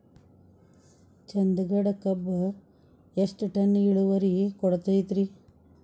ಚಂದಗಡ ಕಬ್ಬು ಎಷ್ಟ ಟನ್ ಇಳುವರಿ ಕೊಡತೇತ್ರಿ?